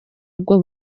ubwo